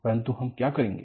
परंतु हम क्या करेंगे